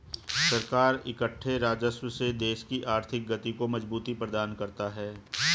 सरकार इकट्ठे राजस्व से देश की आर्थिक गति को मजबूती प्रदान करता है